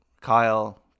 Kyle